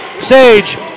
Sage